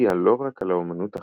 והשפיעה לא רק על האמנות החזותית,